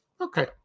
Okay